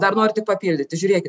dar noriu tik papildyti žiūrėkit